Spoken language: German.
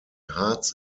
harz